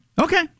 Okay